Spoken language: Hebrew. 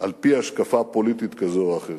על-פי השקפה פוליטית כזאת או אחרת.